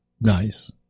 Nice